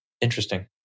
Interesting